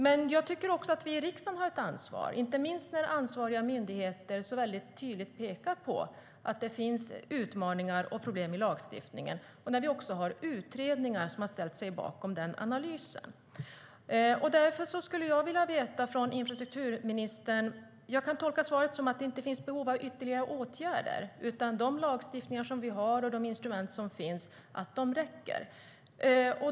Men jag tycker att också vi i riksdagen har ett ansvar, inte minst när ansvariga myndigheter så tydligt pekar på att det finns utmaningar och problem med lagstiftningen och när också utredningar har ställt sig bakom den analysen. Jag kan tolka svaret som att det inte finns behov av ytterligare åtgärder, utan att de lagstiftningar som vi har och de instrument som finns räcker.